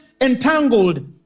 entangled